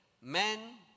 men